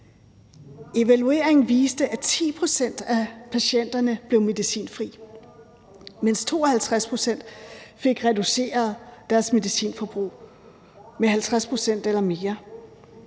Evalueringen viste, at 10 pct. af patienterne blev medicinfri, mens 52 pct. fik reduceret deres medicinforbrug med 50 pct. eller mere.